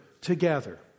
together